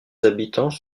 habitants